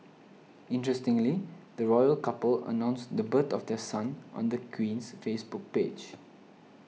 interestingly the royal couple announced the birth of their son on the Queen's Facebook page